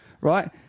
right